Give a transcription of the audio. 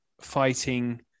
fighting